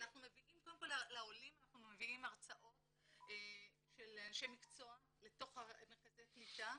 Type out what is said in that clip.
קודם כל לעולים אנחנו מביאים הרצאות של אנשי מקצוע לתוך מרכזי הקליטה,